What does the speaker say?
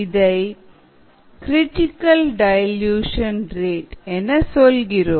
இதை critical dilution rate என சொல்கிறோம்